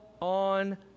on